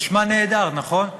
נשמע נהדר, נכון?